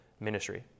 ministry